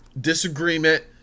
disagreement